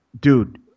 dude